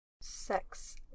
Sex